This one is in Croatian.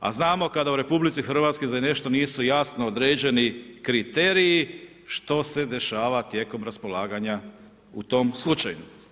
A znamo kada u RH za nešto nisu jasno određeni kriteriji što se dešava tijekom raspolaganja u tom slučaju.